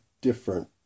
different